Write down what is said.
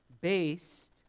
based